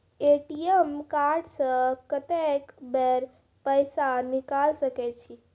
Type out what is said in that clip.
ATM card से कत्तेक बेर पैसा निकाल सके छी?